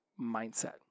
mindset